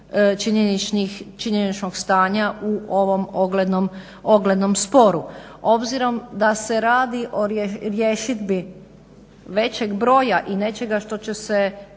činjeničnog stanja u ovom oglednom sporu. Obzirom da se radi o rješidbi većeg broja i nečega što će se